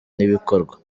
n’ibikorwa